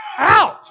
Out